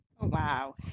Wow